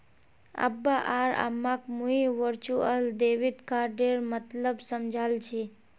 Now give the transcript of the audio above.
अब्बा आर अम्माक मुई वर्चुअल डेबिट कार्डेर मतलब समझाल छि